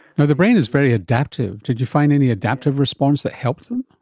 now, the brain is very adaptive. did you find any adaptive response that helped them?